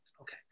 Okay